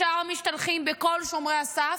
ישר משתלחים בכל שומרי הסף,